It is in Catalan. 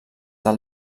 del